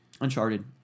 uncharted